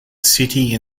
city